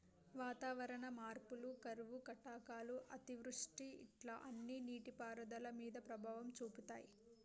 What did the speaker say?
వాతావరణ మార్పులు కరువు కాటకాలు అతివృష్టి ఇట్లా అన్ని నీటి పారుదల మీద ప్రభావం చూపితాయ్